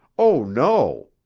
oh no!